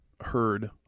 heard